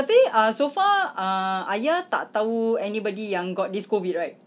tapi ah so far ah ayah tak tahu anybody yang got this COVID right